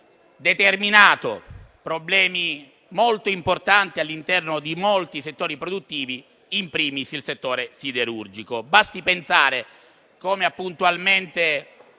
determinato problemi molto importanti all'interno di molti settori produttivi, *in primis* il comparto siderurgico. Basti pensare, come ha puntualmente